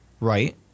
Right